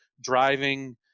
driving